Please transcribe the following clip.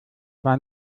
war